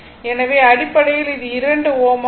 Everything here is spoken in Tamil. எனவே அடிப்படையில் இது 2 Ω ஆக இருக்கும்